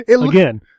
Again